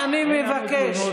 אנו נוהגים ברחבת הכותל,